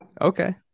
Okay